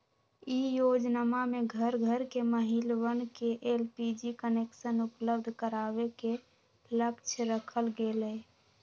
ई योजनमा में घर घर के महिलवन के एलपीजी कनेक्शन उपलब्ध करावे के लक्ष्य रखल गैले